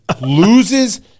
Loses